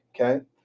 okay